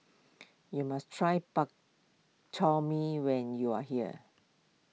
you must try Bak Chor Mee when you are here